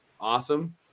awesome